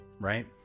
Right